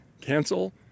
cancel